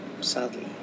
Sadly